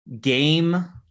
game